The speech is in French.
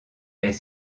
est